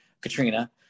Katrina